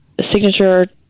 signature